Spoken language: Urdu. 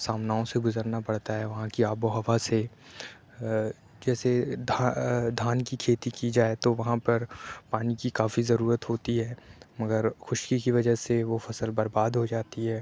سامنا سے گزرنا پڑتا ہے وہاں کی آب و ہَوا سے جیسے دھان کی کھیتی کی جائے تو وہاں پر پانی کی کافی ضرورت ہوتی ہے مگر خُشکی کی وجہ سے وہ فصل برباد ہو جاتی ہے